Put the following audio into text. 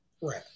Right